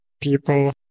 people